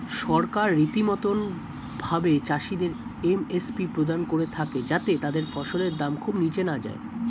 সরকার রীতিমতো ভাবে চাষিদের এম.এস.পি প্রদান করে থাকে যাতে তাদের ফসলের দাম খুব নীচে না যায়